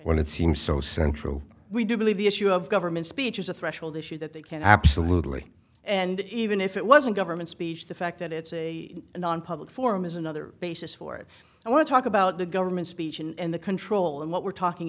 when it seemed so central we do believe the issue of government speech is a threshold issue that they can absolutely and even if it wasn't government speech the fact that it's a nonpublic forum is another basis for it i want to talk about the government speech and the control and what we're talking